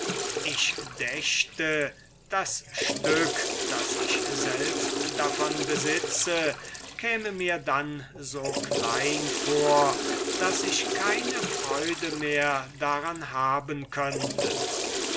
ich dächte das stück das ich selbst davon besitze käme mir dann so klein vor daß ich keine freude mehr daran haben könnte